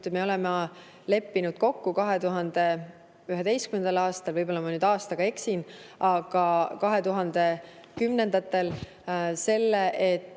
me oleme leppinud kokku 2011. aastal – võib-olla ma aastaga eksin, aga 2010‑ndatel –